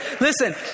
listen